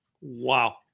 Wow